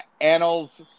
annals